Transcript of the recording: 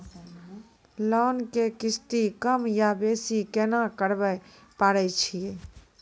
Loan के किस्ती कम या बेसी केना करबै पारे छियै?